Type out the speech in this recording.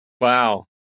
Wow